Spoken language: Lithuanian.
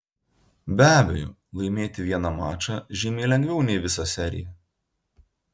be abejo laimėti vieną mačą žymiai lengviau nei visą seriją